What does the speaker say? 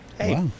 Hey